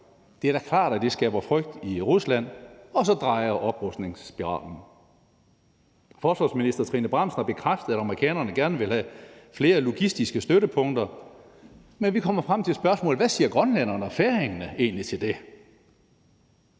Det er da klart, at det skaber frygt i Rusland, og så drejer oprustningsspiralen. Forsvarsminister Trine Bramsen har bekræftet, at amerikanerne gerne vil have flere logistiske støttepunkter, men vi kommer frem til spørgsmålet: Hvad siger grønlænderne og færingerne egentlig til det?